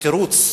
כתירוץ